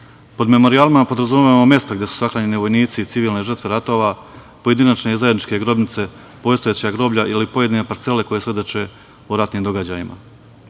Pod memorijalima podrazumevamo mesta gde su sahranjeni vojnici i civilne žrtve ratova, pojedinačne i zajedničke grobnice, postojeća groblja, ili pojedine parcele koje svedoče o ratnim događajima. Mi